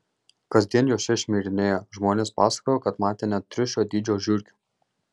kasdien jos čia šmirinėja žmonės pasakojo kad matę net triušio dydžio žiurkių